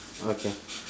okay